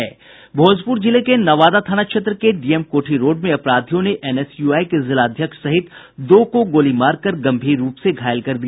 भोजपूर जिले के नवादा थाना क्षेत्र के डीएम कोठी रोड में अपराधियों ने एनएसयूआई के जिलाध्यक्ष सहित दो को गोली मारकर गम्भीर रूप से घायल कर दिया